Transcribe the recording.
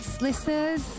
listeners